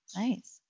Nice